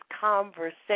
conversation